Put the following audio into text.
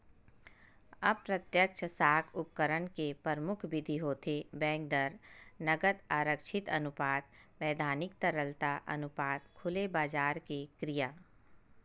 अप्रत्यक्छ साख उपकरन के परमुख बिधि होथे बेंक दर, नगद आरक्छित अनुपात, बैधानिक तरलता अनुपात, खुलेबजार के क्रिया